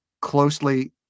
closely